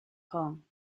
kong